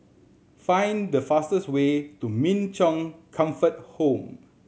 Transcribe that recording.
find the fastest way to Min Chong Comfort Home